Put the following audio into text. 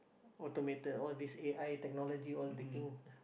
automated all this A_I technology all taking